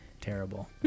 terrible